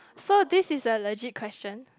so this is a legit question